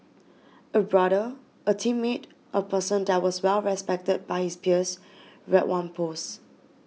a brother a teammate a person that was well respected by his peers read one post